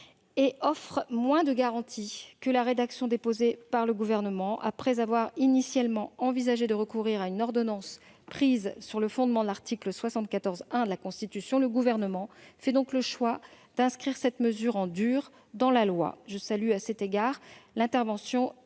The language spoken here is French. offre moins de garanties que celle de l'amendement du Gouvernement. Après avoir initialement envisagé de recourir à une ordonnance prise sur le fondement de l'article 74-1 de la Constitution, le Gouvernement fait donc le choix d'inscrire cette mesure en dur dans la loi. À cet égard, je salue l'intervention